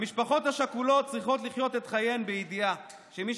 המשפחות השכולות צריכות לחיות את חייהן בידיעה שמי